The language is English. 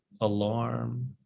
alarm